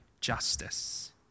justice